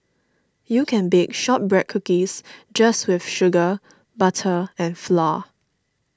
you can bake Shortbread Cookies just with sugar butter and flour